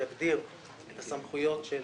שיגדיר את הסמכויות של